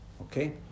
Okay